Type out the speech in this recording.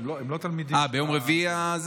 אה, ביום רביעי.